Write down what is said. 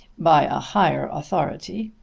by a higher authority,